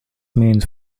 means